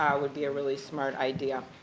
would be a really smart idea.